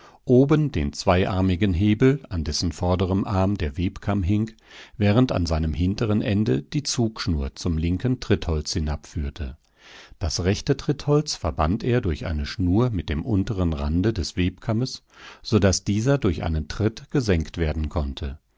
oben den zweiarmigen hebel an dessen vorderem arm der webkamm hing während an seinem hinteren ende die zugschnur zum linken trittholz hinabführte das rechte trittholz verband er durch eine schnur mit dem unteren rande des webkammes so daß dieser durch einen tritt gesenkt werden konnte